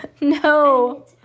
No